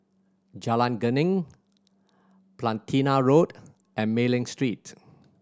Jalan Geneng Platina Road and Mei Ling Street